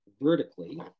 vertically